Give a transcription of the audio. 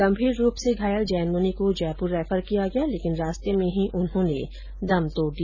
गंभीर रूप से घायल जैन मुनि को जयपुर रैफर किया गया लेकिन रास्ते में ही उन्होंने दम तोड दिया